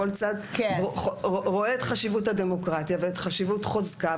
כל צד רואה את חשיבות הדמוקרטיה ואת חשיבות חוזקה,